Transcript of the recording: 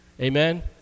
Amen